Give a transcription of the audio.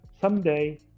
someday